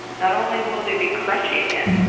not only will they be crunchy again,